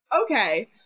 Okay